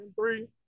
three